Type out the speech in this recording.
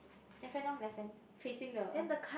left hand lor left hand facing the